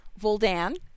Voldan